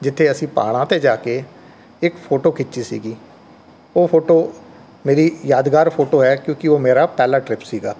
ਜਿੱਥੇ ਅਸੀਂ ਪਹਾੜਾਂ 'ਤੇ ਜਾ ਕੇ ਇੱਕ ਫੋਟੋ ਖਿੱਚੀ ਸੀਗੀ ਉਹ ਫੋਟੋ ਮੇਰੀ ਯਾਦਗਾਰ ਫੋਟੋ ਹੈ ਕਿਉਂਕਿ ਉਹ ਮੇਰਾ ਪਹਿਲਾ ਟ੍ਰਿਪ ਸੀਗਾ